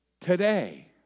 today